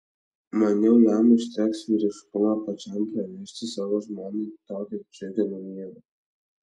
maniau jam užteks vyriškumo pačiam pranešti savo žmonai tokią džiugią naujieną